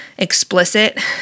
explicit